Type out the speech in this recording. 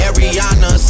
Ariana